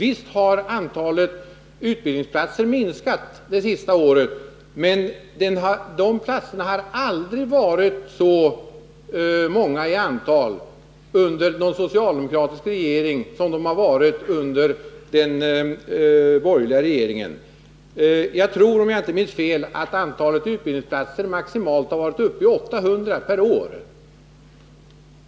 Visst har antalet utbildningsplatser minskat det senaste året, men utbildningsplatserna har aldrig varit så många under någon socialdemokratisk regering som under de borgerliga regeringarnas tid. Om jag inte minns fel har antalet utbildningsplatser maximalt varit 800 per år.